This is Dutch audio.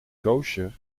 koosjer